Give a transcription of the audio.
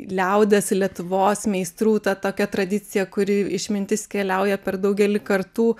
liaudies lietuvos meistrų ta tokia tradicija kuri išmintis keliauja per daugelį kartų